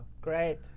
Great